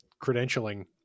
credentialing